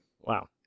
Wow